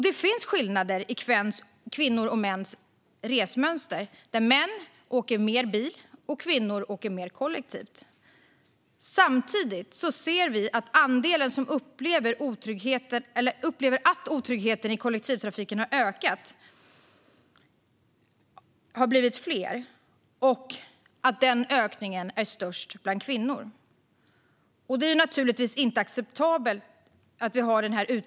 Det finns skillnader mellan kvinnors och mäns resmönster, där män åker mer bil och kvinnor åker mer kollektivt. Samtidigt ser vi att andelen som upplever att otryggheten i kollektivtrafiken har ökat har blivit större och att ökningen är störst bland kvinnor. Den utvecklingen är naturligtvis inte acceptabel.